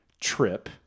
trip